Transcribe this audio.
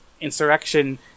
insurrection